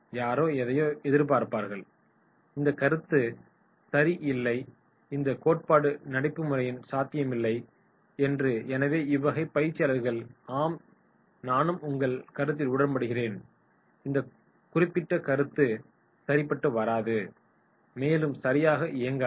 யாரோ எதையாவது எதிர்ப்பார்கள் "இந்த கருத்து சரி இல்லை இந்த கோட்பாடு நடைமுறையில் சாத்தியமில்லை என்று" எனவே இவ்வகை பயிற்சியாளர்கள்" ஆம் நானும் உங்கள் கருத்துடன் உடன்படுகிறேன்" இந்த குறிப்பிட்ட கருத்து சரிபட்டுவராது மேலும் சரியாக இயங்காது